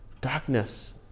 darkness